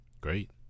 Great